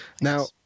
Now